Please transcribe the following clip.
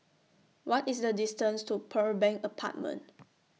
What IS The distance to Pearl Bank Apartment